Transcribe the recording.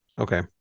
okay